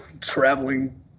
traveling